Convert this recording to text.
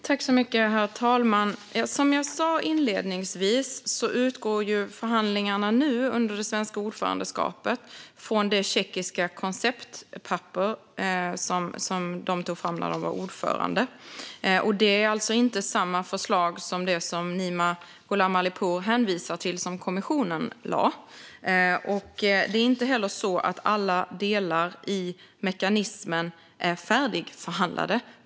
Herr ålderspresident! Som jag sa inledningsvis utgår förhandlingarna nu, under det svenska ordförandeskapet, från det tjeckiska konceptpapper som togs fram när Tjeckien var ordförande. Det är alltså inte samma förslag som det Nima Gholam Ali Pour hänvisar till, som kommissionen lade fram. Det är inte heller så att alla delar i mekanismen är färdigförhandlade.